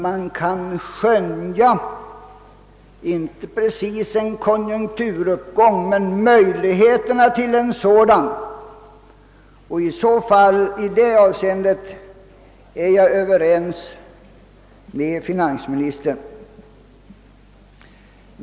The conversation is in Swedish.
Man kan skönja om inte precis en konjunkturuppgång så dock möjligheterna till en sådan — i det avseendet är jag överens med finansministern.